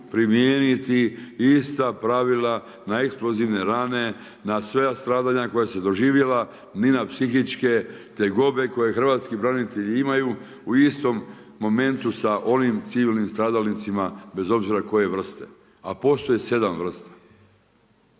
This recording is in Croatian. primijeniti ista pravila na eksplozivne rane, na sva stradanja koja su doživjeli ni na psihičke tegobe koje hrvatski branitelji imaju u istom momentu sa onim civilnim stradalnicima bez obzira koje vrste. A postoje 7 vrsta.